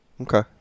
Okay